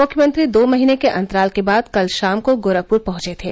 मुख्यमंत्री दो महीने के अंतराल के बाद कल शाम को गोरखप्र पहंचे थे